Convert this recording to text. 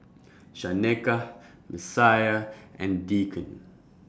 Shaneka Messiah and Deacon